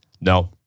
no